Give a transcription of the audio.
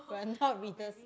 we are not rehearsing